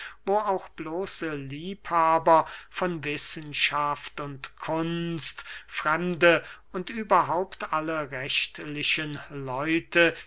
wo auch bloße liebhaber von wissenschaft und kunst fremde und überhaupt alle rechtliche leute